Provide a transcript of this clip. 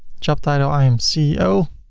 job title, i am ceo.